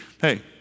hey